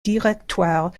directoire